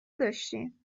نداشتیم